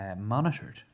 monitored